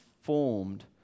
formed